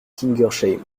kingersheim